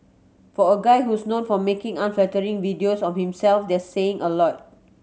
for a guy who's known for making unflattering videos of himself that's saying a lot